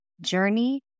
Journey